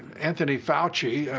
anthony fauci,